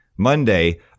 Monday